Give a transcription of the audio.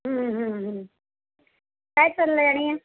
काय चाललं आहे आणि